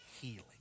healing